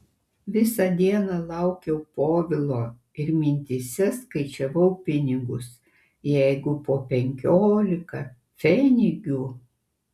visą dieną laukiau povilo ir mintyse skaičiavau pinigus jeigu po penkiolika pfenigų